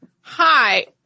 hi